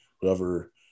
Whoever